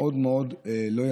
זה מאוד לא ידוע,